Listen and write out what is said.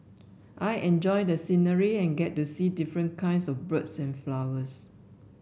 I enjoy the scenery and get to see different kinds of birds and flowers